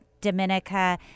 dominica